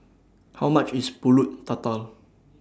How much IS Pulut Tatal